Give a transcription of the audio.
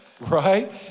right